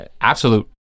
absolute